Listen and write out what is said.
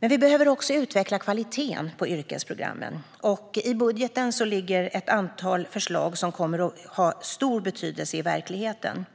Vidare behöver kvaliteten på yrkesprogrammen utvecklas. I budgeten ingår ett antal förslag som kommer att ha stor betydelse i verkligheten.